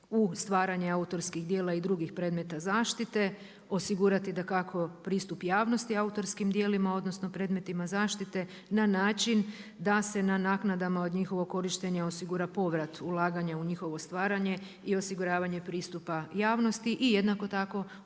u stvaranje autorskih djela i drugih predmeta zaštite, osigurati dakako pristup javnosti autorskim djelima odnosno predmetima zaštite na način da se na naknadama od njihovog korištenja osigura povrat ulaganja u njihovo stvaranje i osiguravanje pristupa javnosti i jednako tako